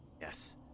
yes